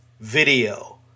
video